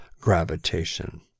gravitation